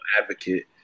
advocate